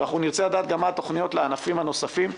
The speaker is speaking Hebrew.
ואנחנו גם נרצה לדעת מה התוכניות לענפים הנוספים.